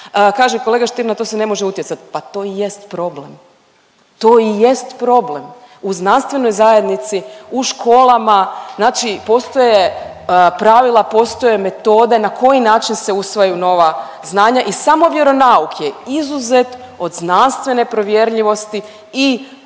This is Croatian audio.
Kaže kolega Stier na to se ne može utjecat. Pa to i jest problem, to i jest problem. U znanstvenoj zajednici, u školama, znači postoje pravila, postoje metode na koji način se usvajaju nova znanja i samo vjeronauk je izuzet od znanstvene provjerljivosti i bilo